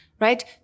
right